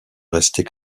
rester